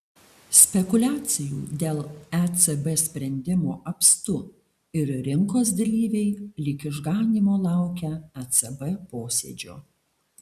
spekuliacijų dėl ecb sprendimo apstu ir rinkos dalyviai lyg išganymo laukia ecb posėdžio